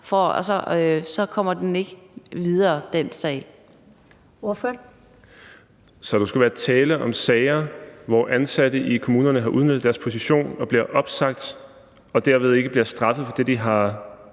Kl. 12:22 Stinus Lindgreen (RV): Så der skulle være tale om sager, hvor ansatte i kommunerne har udnyttet deres position og bliver opsagt og derved ikke bliver straffet for det, de har